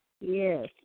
Yes